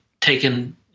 taken